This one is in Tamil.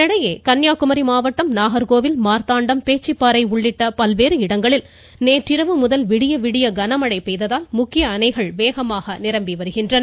இதனிடையே கன்னியாகுமரி மாவட்டம் நாகர்கோவில் மார்த்தாண்டம் பேச்சிப்பாறை உள்ளிட்ட பல்வேறு பகுதிகளில் நேற்றிரவு முதல் விடிய விடிய கனமழை பெய்ததால் முக்கிய அணைகள் வேகமாக நிரம்பி வருகின்றன